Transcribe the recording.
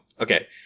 okay